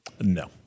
No